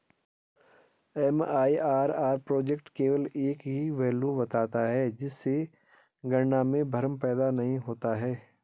MIRR project केवल एक ही वैल्यू बताता है जिससे गणना में भ्रम पैदा नहीं होता है